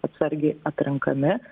atsargiai atrenkami